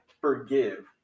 forgive